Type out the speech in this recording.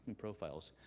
profiles.